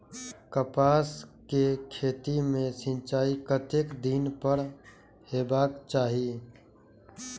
कपास के खेती में सिंचाई कतेक दिन पर हेबाक चाही?